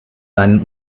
seinem